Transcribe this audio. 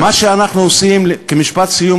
כמשפט סיום,